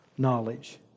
knowledge